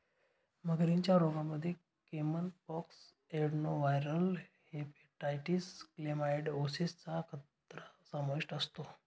मगरींच्या रोगांमध्ये caiman pox, adenoviral hepatitis, chlamydiosis चा खतरा समाविष्ट असतो